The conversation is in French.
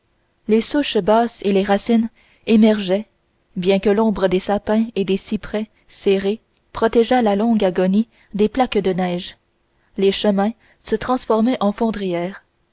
les souches basses et les racines émergeaient bien que l'ombre des sapins et des cyprès serrés protégeât la longue agonie des plaques de neige les chemins se transformaient en